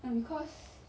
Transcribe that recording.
and because